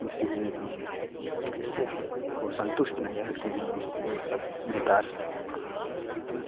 इसीलिए हम इससे हमको संतुष्ट नहीं रहते हैं यह सब बेकार होने लगता है